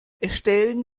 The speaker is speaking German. erstellen